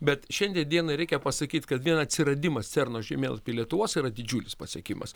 bet šiandien dienai reikia pasakyt kad vien atsiradimas cerno žemėlapy lietuvos yra didžiulis pasiekimas